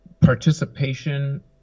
participation